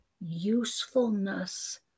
usefulness